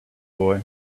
boy